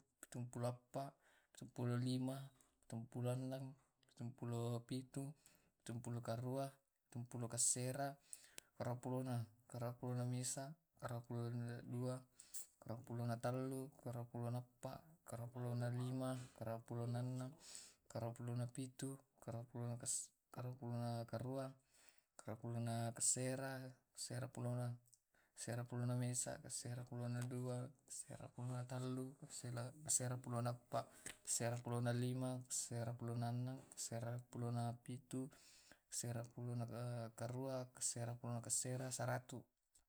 Pitumpulo eppa, pitumpulo lima, pitumpulo enneng, pitumpulo pitu, pitumpulo karua, pitumpulo kasera, aruapulona, aruapulona mesa, aruapulona dua, aruaopulona tellu, aruapulona empat, aruapulona lima, aruapulona enneng, aruapulona pitu, aruapulona arua, aruapulona kasera, aserapulona, aserapulona mesa, aserapulona dua, aserapulona tallu, aserampulona appa, aserapulona lima, aserapulona ennang, aserapulona pitu, aserapulona arua, aserapulona asera, seratu.